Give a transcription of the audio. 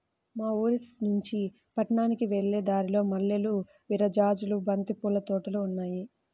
మా ఊరినుంచి పట్నానికి వెళ్ళే దారిలో మల్లెలు, విరజాజులు, బంతి పూల తోటలు ఉన్నాయ్